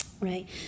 Right